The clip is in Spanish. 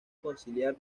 conciliar